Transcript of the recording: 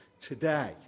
today